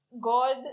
God